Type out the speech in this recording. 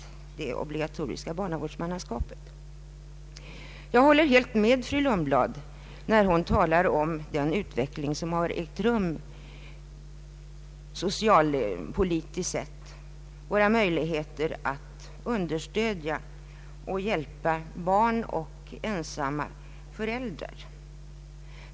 Jag håller helt med fru Lundblad när hon talar om den utveckling som har ägt rum socialpolitiskt sett i fråga om möjligheterna att stödja och hjälpa ensamma barn och föräldrar.